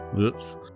oops